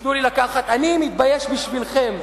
אני מתבייש בשבילכם.